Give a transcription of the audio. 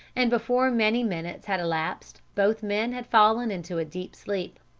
and before many minutes had elapsed both men had fallen into a deep sleep.